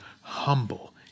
humble